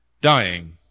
dying